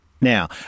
Now